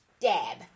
Dab